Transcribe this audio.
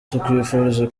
tukwifurije